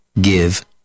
give